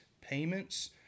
payments